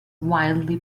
widely